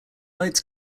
lights